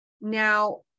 Now